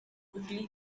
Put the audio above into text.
quickly